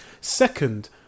second